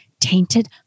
tainted